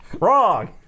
Wrong